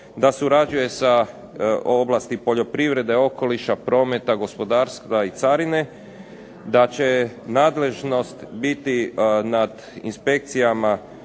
da surađuje sa oblasti poljoprivrede, okoliša, prometa, gospodarstva i carine, da će nadležnost biti nad Inspekcijom